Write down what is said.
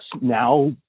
now